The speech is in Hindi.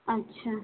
अच्छा